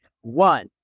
one